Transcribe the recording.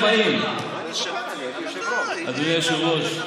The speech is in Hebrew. אני אשלול ממנו